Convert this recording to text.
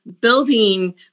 building